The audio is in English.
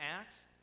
Acts